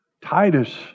Titus